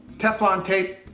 teflon tape,